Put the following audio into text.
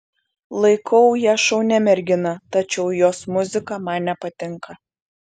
laikau ją šaunia mergina tačiau jos muzika man nepatinka